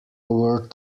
word